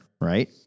right